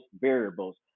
variables